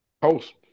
Post